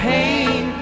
Pain